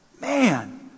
Man